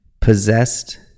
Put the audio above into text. possessed